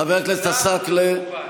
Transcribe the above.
הוא ציטט אותי באופן, חבר הכנסת עסאקלה,